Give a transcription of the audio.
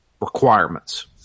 requirements